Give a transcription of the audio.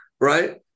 right